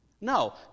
No